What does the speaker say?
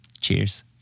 cheers